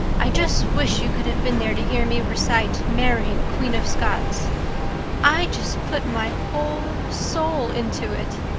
i just wish you could have been there to hear me recite mary, queen of scots i just put my whole soul into it.